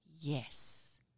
yes